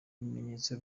bimenyetso